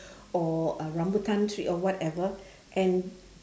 or a rambutan tree or whatever and